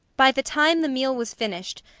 by the time the meal was finished,